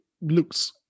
looks